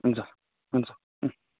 हुन्छ हुन्छ उम्